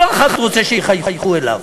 כל אחד רוצה שיחייכו אליו,